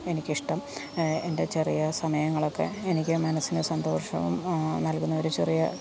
എനിക്കിഷ്ടം എൻ്റെ ചെറിയ സമയങ്ങളൊക്കെ എനിക്ക് മനസ്സിന് സന്തോഷവും നൽകുന്നൊരു ചെറിയ